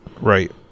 Right